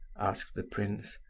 asked the prince.